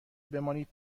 بمانید